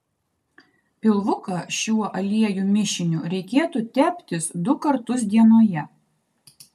pilvuką šiuo aliejų mišiniu reikėtų teptis du kartus dienoje